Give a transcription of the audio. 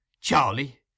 Charlie